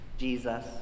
Jesus